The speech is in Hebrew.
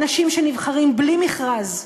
אנשים שנבחרים בלי מכרז,